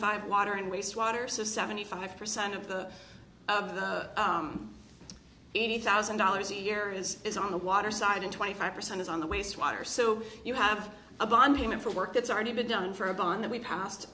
five water and waste water so seventy five percent of the eighty thousand dollars a year is is on the water side and twenty five percent is on the wastewater so you have a bond payment for work that's already been done for a bond that we passed